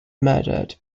murdered